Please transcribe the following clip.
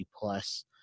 plus